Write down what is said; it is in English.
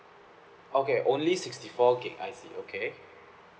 okay only sixty four gig I see okay